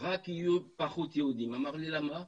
רק יהיו פחות יהודים, אמר לי למה?